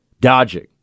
Dodging